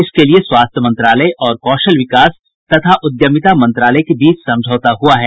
इसके लिये स्वास्थ्य मंत्रालय और कौशल विकास तथा उद्यमिता मंत्रालय के बीच समझौता हुआ है